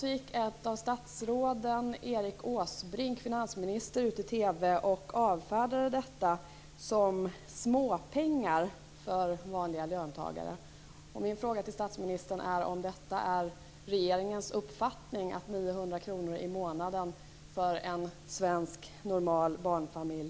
Åsbrink, ut i TV och avfärdade detta som småpengar för vanliga löntagare. Min fråga till statsministern är om det är regeringens uppfattning att 900 kr i månaden är småpengar för en svensk normal barnfamilj.